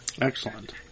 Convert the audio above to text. Excellent